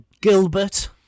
Gilbert